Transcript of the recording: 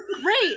Great